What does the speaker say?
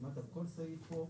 כמעט על כל סעיף פה.